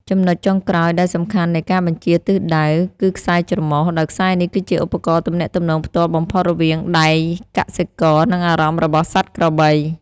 ចំណុចចុងក្រោយដែលសំខាន់នៃការបញ្ជាទិសដៅ គឺខ្សែច្រមុះ ដោយខ្សែនេះគឺជាឧបករណ៍ទំនាក់ទំនងផ្ទាល់បំផុតរវាងដៃកសិករ និងអារម្មណ៍របស់សត្វក្របី។